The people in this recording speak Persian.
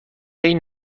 این